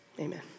Amen